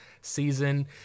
season